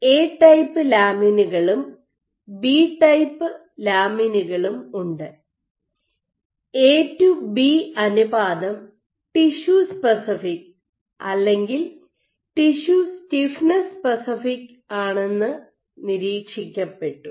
A type ലാമിനുകളും B type ലാമിനുകളും ഉണ്ട് എ ടു ബി അനുപാതം ടിഷ്യു സ്പെസിഫിക് അല്ലെങ്കിൽ tissue stiffness specific tissue stiffness specific ആണെന്ന് നിരീക്ഷിക്കപ്പെട്ടു